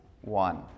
one